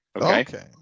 Okay